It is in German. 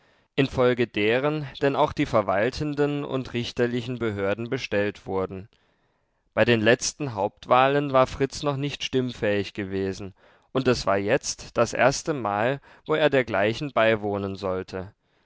infolge deren denn auch die verwaltenden und richterlichen behörden bestellt wurden bei den letzten hauptwahlen war fritz noch nicht stimmfähig gewesen und es war jetzt das erstemal wo er dergleichen beiwohnen sollte